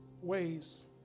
ways